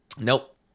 Nope